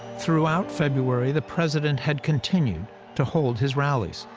throughout february, the president had continued to hold his rallies.